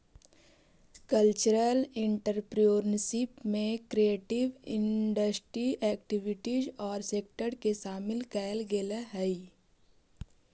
cultural entrepreneurship में creative industry activities औउर sector के शामिल कईल गेलई हई